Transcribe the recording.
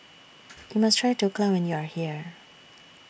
YOU must Try Dhokla when YOU Are here